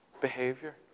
behavior